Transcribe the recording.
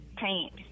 Paint